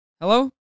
Hello